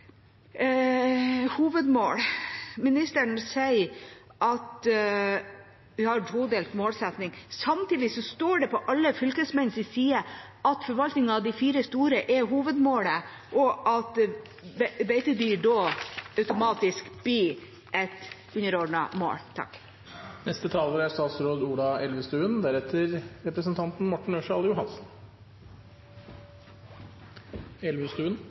hovedmål: Ministeren sier at vi har en todelt målsetting. Samtidig står det på alle fylkesmennenes hjemmeside at forvaltningen av de fire store er hovedmålet, og at beitedyr automatisk blir et underordnet mål.